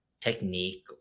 technique